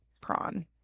prawn